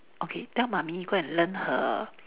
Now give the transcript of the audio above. okay tell mummy go and learn her